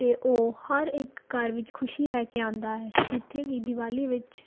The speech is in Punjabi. ਅਤੇ ਉਹ ਹਰ ਇੱਕ ਘਰ ਵਿੱਚ ਖੁਸ਼ੀ ਲੈ ਕੇ ਆਉਂਦਾ ਹੈ ਜਿੱਥੇ ਕਿ ਦੀਵਾਲੀ ਵਿੱਚ